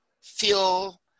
feel